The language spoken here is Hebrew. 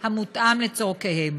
המותאם לצורכיהם.